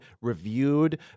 reviewed